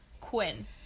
Quinn